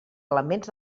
elements